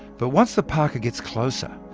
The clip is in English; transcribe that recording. but once the parker gets closer,